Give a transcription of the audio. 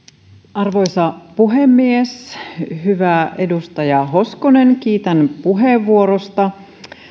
arvoisa puhemies hyvä edustaja hoskonen kiitän puheenvuorosta